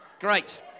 Great